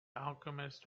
alchemist